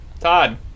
Todd